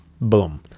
Boom